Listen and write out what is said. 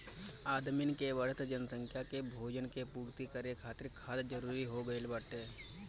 आदमिन के बढ़त जनसंख्या के भोजन के पूर्ति करे खातिर खाद जरूरी हो गइल बाटे